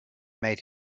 made